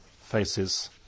faces